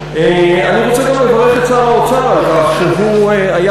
אני רוצה גם לברך את שר האוצר על כך שהוא היה